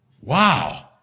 Wow